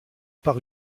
par